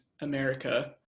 America